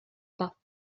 pas